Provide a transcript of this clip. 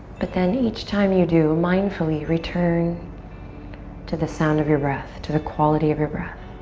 but then each time you do mindfully return to the sound of your breath, to the quality of your breath.